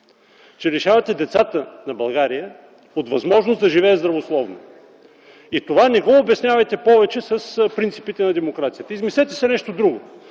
че лишавате децата на България от възможност да живеят здравословно. И това не го обяснявайте повече с принципите на демокрацията. Измислете си нещо друго.